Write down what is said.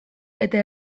eta